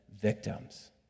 victims